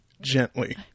Gently